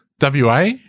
WA